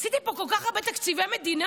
עשיתי פה כל כך הרבה תקציבי מדינה.